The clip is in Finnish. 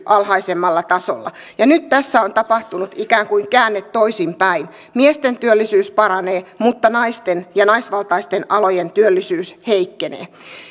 alhaisemmalla tasolla nyt tässä on tapahtunut ikään kuin käänne toisinpäin miesten työllisyys paranee mutta naisten ja naisvaltaisten alojen työllisyys heikkenee